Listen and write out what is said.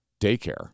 daycare